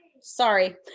Sorry